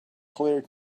clear